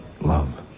love